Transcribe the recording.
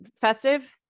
festive